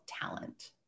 talent